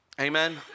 Amen